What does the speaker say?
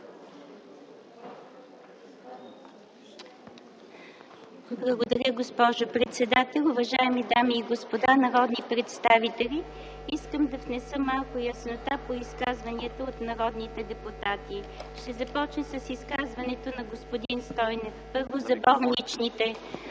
Благодаря, госпожо председател! Уважаеми дами и господа народни представители! Искам да внеса малко яснота по изказванията от народните представители. Ще започна с изказването на господин Стойнев. Първо за болничните